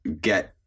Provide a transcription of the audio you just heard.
get